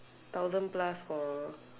thousand plus for